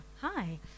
Hi